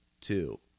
two